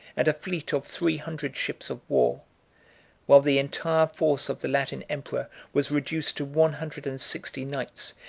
and a fleet of three hundred ships of war while the entire force of the latin emperor was reduced to one hundred and sixty knights,